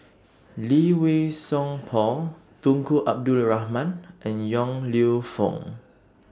Lee Wei Song Paul Tunku Abdul Rahman and Yong Lew Foong